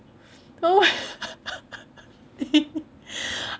oh